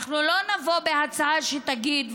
אנחנו לא נבוא בהצעה שתגיד,